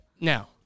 Now